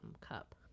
cup